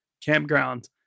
campground